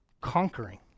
conquering